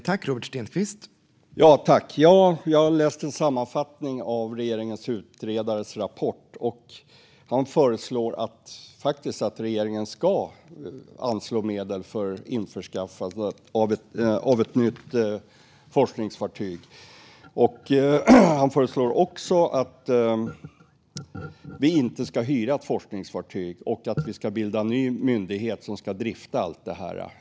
Herr talman! Jag har läst en sammanfattning av regeringens utredares rapport. Han föreslår faktiskt att regeringen ska anslå medel för införskaffande av ett nytt forskningsfartyg. Han föreslår också att vi inte ska hyra ett forskningsfartyg och att vi ska bilda en ny myndighet som ska drifta allt det här.